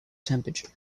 temperature